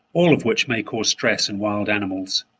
all of which may cause stress in wild animals.